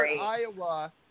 Iowa